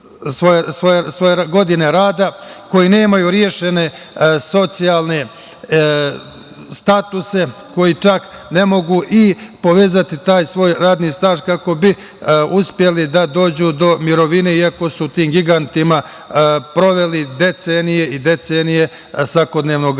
svoje godine rada, koji nemaju rešene socijalne statuse, koji čak ne mogu i povezati taj svoj radni staž kako bi uspeli da dođu do mirovine, iako su u tim gigantima proveli decenije i decenije svakodnevnog